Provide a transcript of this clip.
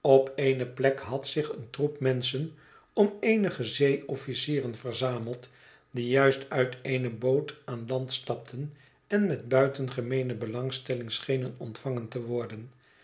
op eene plek had zich een troep menschen om eenige zee-officieren verzameld die juist uit eene boot aan land stapten en met buitengemeene belangstelling schenen ontvangen te worden